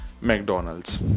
McDonald's